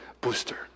booster